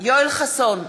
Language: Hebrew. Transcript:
יואל חסון,